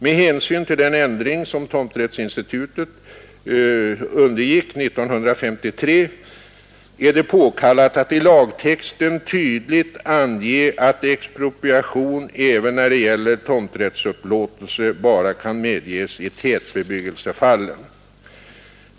Med hänsyn till den ändring som tomträttsinstitutet på sätt nyss angivits undergick 1953 är det påkallat att i lagtexten tydligt ange att expropriation även när det gäller tomträttsupplåtelse bara kan medges i tätbebyggelsefallen.